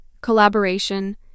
collaboration